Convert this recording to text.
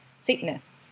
Satanists